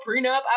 prenup